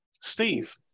Steve